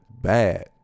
bad